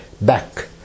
back